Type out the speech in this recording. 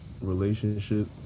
relationship